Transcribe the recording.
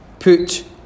put